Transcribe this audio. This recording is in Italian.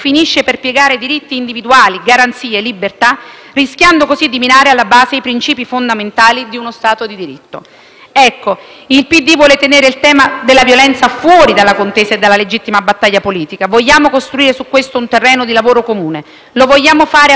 rischiando così di minare alla base i princìpi fondamentali di uno Stato di diritto. Il PD vuole tenere il tema della violenza sulle donne fuori dalla contesa e dalla legittima battaglia politica. Vogliamo costruire su questo un terreno di lavoro comune. Lo vogliamo fare a partire dalla prossima sessione di bilancio.